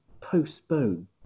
postpone